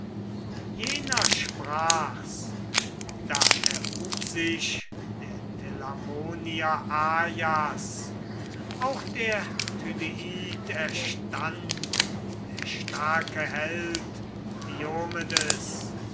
jener sprach's da erhub sich der telamonier ajas auch der tydeid erstand der starke held diomedes